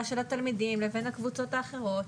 של התלמידים לבין הקבוצות האחרות.